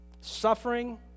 Suffering